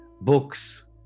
books